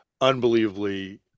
unbelievably